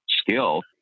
skill